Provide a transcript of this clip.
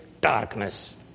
darkness